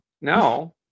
no